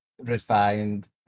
refined